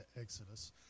Exodus